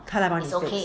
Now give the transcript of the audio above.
他来帮你 fixed